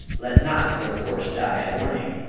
let not your force die a-borning,